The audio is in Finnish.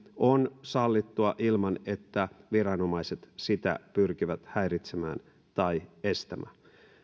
on sallittua ilman että viranomaiset sitä pyrkivät häiritsemään tai estämään